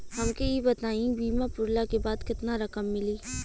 हमके ई बताईं बीमा पुरला के बाद केतना रकम मिली?